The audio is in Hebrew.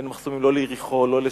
אין מחסומים לא ליריחו, לא לשכם.